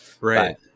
Right